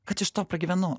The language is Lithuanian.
kad iš to pragyvenu